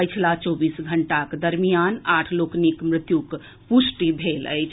पछिला चौबीस घंटाक दरमियान आठ लोकनिक मृत्युक पुष्टि भेल अछि